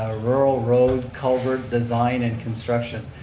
ah rural road culvert design and construction.